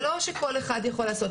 זה לא שכל אחד יכול לעשות.